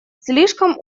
слишком